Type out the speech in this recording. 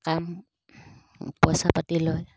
কাম পইচা পাতি লয়